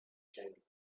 king